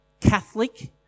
Catholic